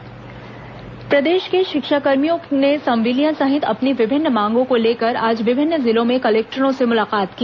शिक्षाकर्मी चेतावनी प्रदेश के शिक्षाकर्मियों ने संविलियन सहित अपनी विभिन्न मांगों को लेकर आज विभिन्न जिलों में कलेक्टरों से मुलाकात की